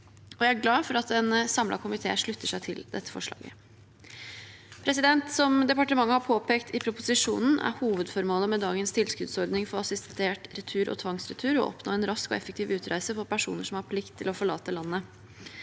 Jeg er glad for at en samlet komité slutter seg til dette forslaget. Som departementet har påpekt i proposisjonen, er hovedformålet med dagens tilskuddsordning for assistert retur og tvangsretur å oppnå en rask og effektiv utreise for personer som har plikt til å forlate landet.